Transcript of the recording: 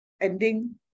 ending